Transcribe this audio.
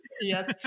Yes